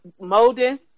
molding